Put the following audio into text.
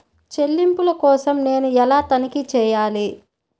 చెల్లింపుల కోసం నేను ఎలా తనిఖీ చేయాలి?